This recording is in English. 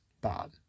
Bob